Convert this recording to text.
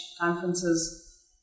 conferences